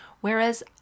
Whereas